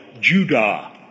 Judah